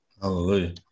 hallelujah